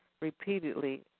repeatedly